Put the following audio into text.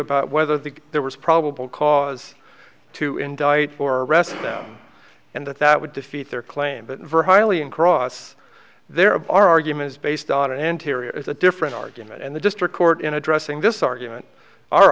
about whether the there was probable cause to indict or arrest them and that that would defeat their claim but very highly and cross their arguments based on it and here is a different argument and the district court in addressing this argument